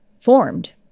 formed